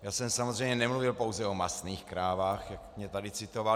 Já jsem samozřejmě nemluvil pouze o masných krávách, jak mě tady citoval.